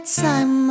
time